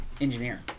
engineer